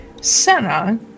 Senna